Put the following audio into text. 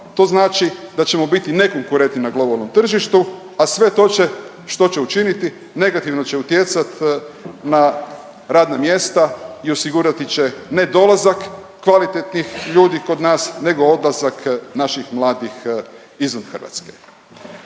to znači da ćemo biti nekonkurentni na globalnom tržištu, a sve to će što će učiniti, negativno će utjecat na radna mjesta i osigurati će nedolazak kvalitetnih ljudi kod nas nego odlazak naših mladih izvan Hrvatske.